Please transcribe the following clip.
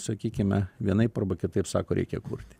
sakykime vienaip arba kitaip sako reikia kurti